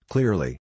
Clearly